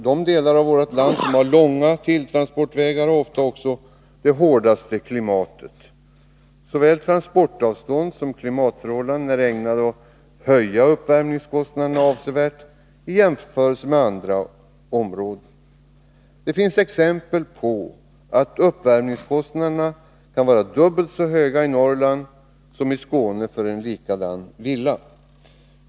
De delar av vårt land som har långa transportvägar har ofta också det hårdaste klimatet. Såväl transportavstånd som klimatförhållanden är ägnade att öka uppvärmningskostnaderna avsevärt i jämförelse med andra områden. Det finns exempel på att uppvärmningskostnaderna kan vara dubbelt så höga i Norrland som i Skåne för en likadan villa.